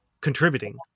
contributing